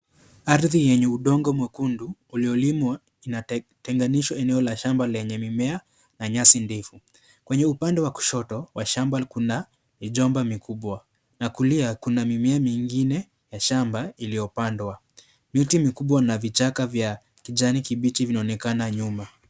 Ardhi yenye udongo mwekundu uliolimwa inatenganisha eneo la shamba lenye mimea na nyasi ndefu. Kwenye upande wa kushoto wa shamba kuna mijoba mikubwa na kulia kuna mimea mingine ya shamba iliyopandwa. Miti mikubwa na vichaka vya kijani kibichi vinaonekana nyuma.